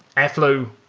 airflow,